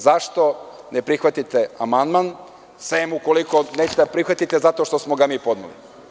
Zašto ne prihvatite amandman, sem ukoliko nećete da prihvatite zato što smo ga mi podneli?